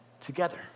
together